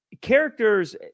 characters